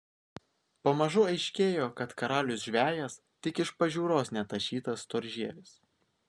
pamažu aiškėjo kad karalius žvejas tik iš pažiūros netašytas storžievis